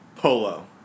Polo